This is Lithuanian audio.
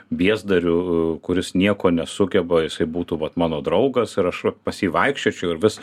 biesdarių kuris nieko nesugeba jisai būtų vat mano draugas ir aš vat pas jį vaikščiočiau ir vis